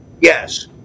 Yes